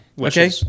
Okay